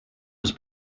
was